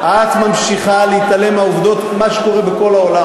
את ממשיכה להתעלם מהעובדות וממה שקורה בכל העולם,